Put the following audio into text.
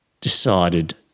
decided